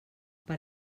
per